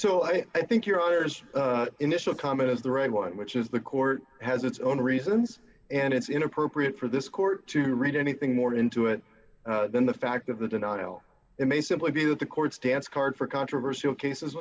so i think your honour's initial comment is the right one which is the court has its own reasons and it's inappropriate for this court to read anything more into it than the fact of the denial it may simply be that the court stance card for controversial cases